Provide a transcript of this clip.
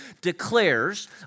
declares